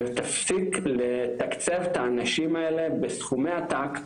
ותפסיק לתקצב את האנשים האלה בסכומי עתק,